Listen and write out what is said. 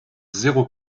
zéro